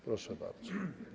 Proszę bardzo.